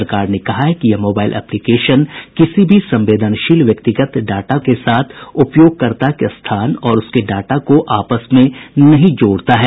सरकार ने कहा है कि यह मोबाइल एप्लिकेशन किसी भी संवेदनशील व्यक्तिगत डेटा के साथ उपयोगकर्ता के स्थान और उसके डेटा को आपस में नहीं जोड़ता है